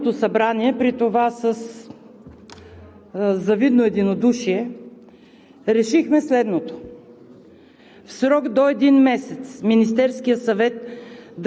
на 22 октомври 2020 г. Народното събрание, при това със завидно единодушие, решихме следното: